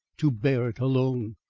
to bear it alone.